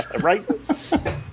Right